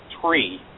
three